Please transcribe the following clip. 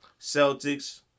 Celtics